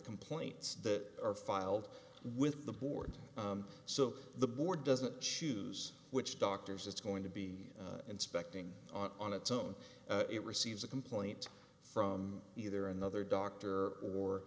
complaints that are filed with the board so the board doesn't choose which doctors it's going to be inspecting on its own it receives a complaint from either another doctor or